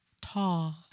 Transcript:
tall